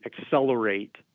accelerate